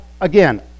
again